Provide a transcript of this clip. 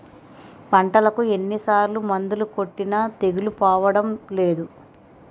పంటకు ఎన్ని సార్లు మందులు కొట్టినా తెగులు పోవడం లేదు